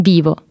Vivo